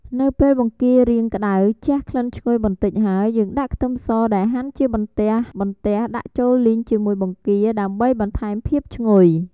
នៅពេលបង្គារៀងក្ដៅជះក្លិនឈ្ងុយបន្តិចហើយ យើងដាក់ខ្ទឺមសដែលហាន់ជាបន្ទះៗដាក់ចូលលីងជាមួយបង្គាដើម្បីបន្ថែមភាពឈ្ងុយ។